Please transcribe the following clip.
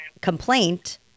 complaint